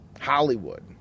hollywood